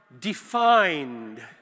defined